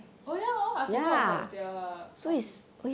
oh ya hor I forgot about their office